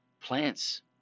Plants